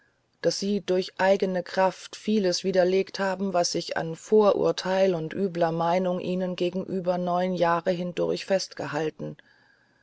daß sie durch eigene kraft vieles widerlegt haben was ich an vorurteil und übler meinung ihnen gegenüber neun jahre hindurch festgehalten